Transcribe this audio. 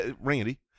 Randy